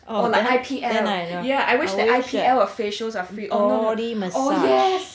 oh then then I know I would wish that body massage